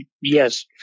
Yes